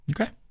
Okay